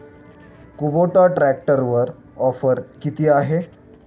Kubota ट्रॅक्टरवर offer किती आहे?